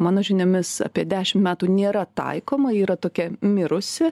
mano žiniomis apie dešim metų nėra taikoma ji yra tokia mirusi